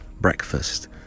breakfast